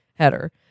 Header